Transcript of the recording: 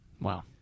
Wow